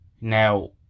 Now